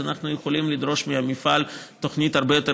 אז אנחנו יכולים לדרוש מהמפעל תוכנית הרבה יותר